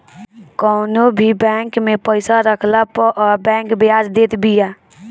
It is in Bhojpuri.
कवनो भी बैंक में पईसा रखला पअ बैंक बियाज देत बिया